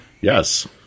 Yes